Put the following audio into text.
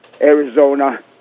Arizona